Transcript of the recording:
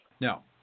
now